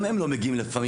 גם הם לא מגיעים לפעמים.